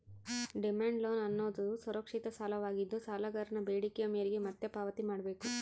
demand loan ಅನ್ನೋದುದು ಸುರಕ್ಷಿತ ಸಾಲವಾಗಿದ್ದು, ಸಾಲಗಾರನ ಬೇಡಿಕೆಯ ಮೇರೆಗೆ ಮತ್ತೆ ಪಾವತಿ ಮಾಡ್ಬೇಕು